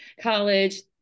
college